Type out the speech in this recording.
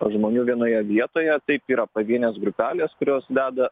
žmonių vienoje vietoje taip yra pavienės grupelės kurios deda